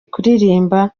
kuririmba